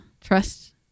Trust